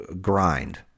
grind